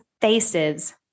faces